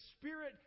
spirit